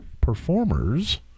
performers